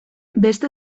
beste